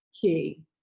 key